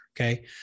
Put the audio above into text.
Okay